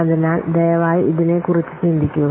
അതിനാൽ ദയവായി ഇതിനെക്കുറിച്ച് ചിന്തിക്കുക